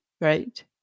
right